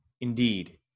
Indeed